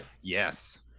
yes